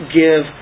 give